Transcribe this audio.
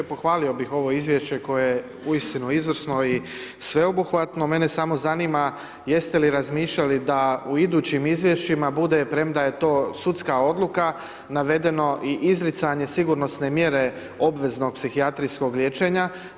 Pohvalio bih ovo izvješće koje je uistinu izvrsno i sveobuhvatno, mene samo zanima jeste li razmišljali da u idućim izvješćima bude, premda je to sudska odluka, navedeno i izricanje sigurnosne mjere obveznog psihijatrijskog liječenja.